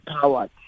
power